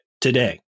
today